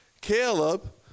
Caleb